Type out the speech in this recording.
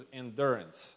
endurance